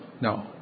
No